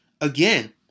again